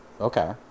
okay